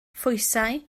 phwysau